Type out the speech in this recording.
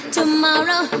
tomorrow